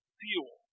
fuel